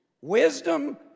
Wisdom